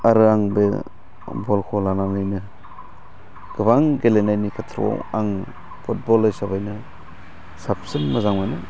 आरो आं बे बलखौ लानानैनो गोबां गेलेनायनि खेथ्र'आव आं फुटबल हिसाबैनो साबसिन मोजां मोनो